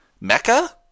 mecca